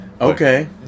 Okay